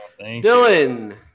Dylan